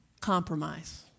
compromise